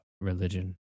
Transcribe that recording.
religion